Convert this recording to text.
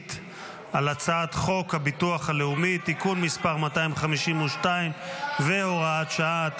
השלישית על הצעת חוק הביטוח הלאומי (תיקון מס' 252 והוראת שעה),